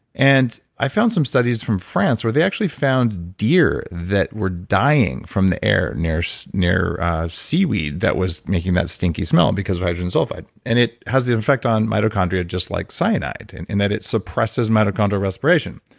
and i found some studies from france where they actually found deer that were dying from the air near so near seaweed that was making that stinky smell because of bulletproof radio and sulfide. and it has the effect on mitochondria just like cyanide in and that it suppresses mitochondrial respiration.